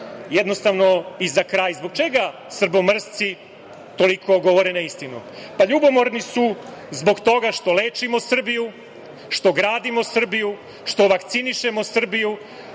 Jednostavno i za kraj, zbog čega srbomrsci toliko govore neistinu? Ljubomorni su zbog toga što lečimo Srbiju, što gradimo Srbiju, što vakcinišemo Srbiju,